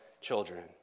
children